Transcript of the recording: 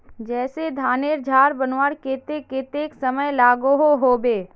जैसे धानेर झार बनवार केते कतेक समय लागोहो होबे?